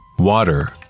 water,